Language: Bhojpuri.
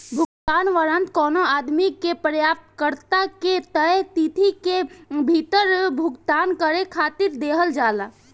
भुगतान वारंट कवनो आदमी के प्राप्तकर्ता के तय तिथि के भीतर भुगतान करे खातिर दिहल जाला